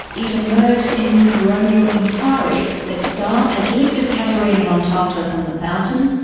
it emerged in the coronial inquiry that staff had lifted caterina montalto from the fountain,